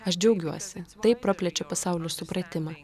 aš džiaugiuosi tai praplečia pasaulio supratimą